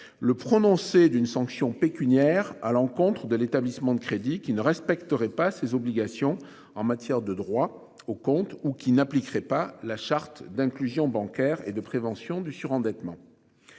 le prononcé d'une sanction pécuniaires à l'encontre de l'établissement de crédit qui ne respecterait pas ses obligations en matière de droit au compte, ou qui n'appliqueraient pas la charte d'inclusion bancaire et de prévention du surendettement.